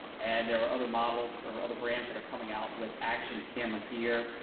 and there are other models or other brands that are coming out with action camera gear,